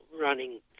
running